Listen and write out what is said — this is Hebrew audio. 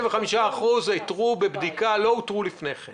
55% אותרו בבדיקה, לא אותרו לפני כן.